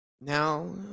Now